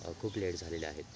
खूप लेट झालेले आहेत